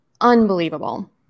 unbelievable